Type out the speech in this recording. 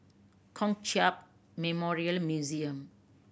Kong Hiap Memorial Museum